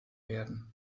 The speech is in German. werden